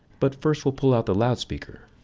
but first we'll pull out the loudspeaker.